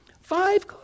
Five